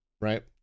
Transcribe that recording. right